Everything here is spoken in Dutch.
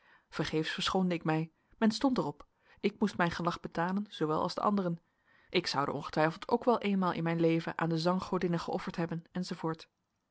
vergeefs verschoonde ik mij men stond er op ik moest mijn gelag betalen zoowel als de anderen ik zoude ongetwijfeld ook wel eenmaal in mijn leven aan de zanggodinnen geofferd hebben